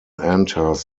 enters